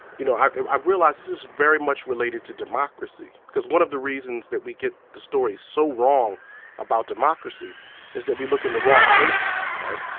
you know um i realize this is very much related to democracy. because one of the reasons we get the story so wrong about democracy is that we look in the wrong places. right?